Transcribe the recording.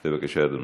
בבקשה, אדוני.